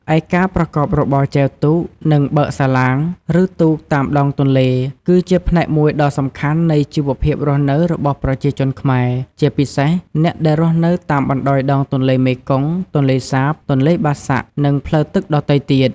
ឯការប្រកបរបរ ចែវទូក និង បើកសាឡាង ឬទូកតាមដងទន្លេ គឺជាផ្នែកមួយដ៏សំខាន់នៃជីវភាពរស់នៅរបស់ប្រជាជនខ្មែរ ជាពិសេសអ្នកដែលរស់នៅតាមបណ្ដោយដងទន្លេមេគង្គ ទន្លេសាប ទន្លេបាសាក់ និងផ្លូវទឹកដទៃទៀត។